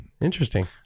Interesting